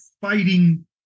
fighting